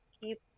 keep